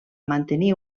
mantenir